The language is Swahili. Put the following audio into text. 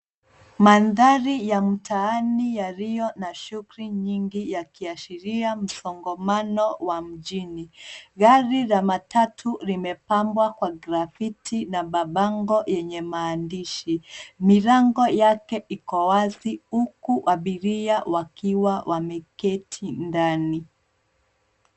Mandhari ya mtaani yalio na shughuli nyingi yakiashiria msongamano wa mjini. Gari la matatu limepambwa kwa grafiti na mabango yenye maandishi. Milango yake iko wazi huku abiria wakiwa wameketi ndani.